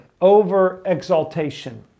over-exaltation